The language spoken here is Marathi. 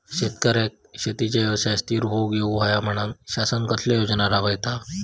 शेतकऱ्यांका शेतीच्या व्यवसायात स्थिर होवुक येऊक होया म्हणान शासन कसले योजना राबयता?